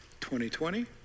2020